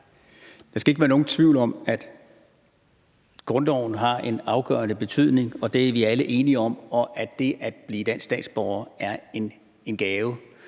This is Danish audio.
Der skal ikke være nogen tvivl om, at grundloven har en afgørende betydning, og det er vi alle enige om, og at det at blive dansk statsborger er en gave.